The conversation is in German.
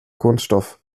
kunststoff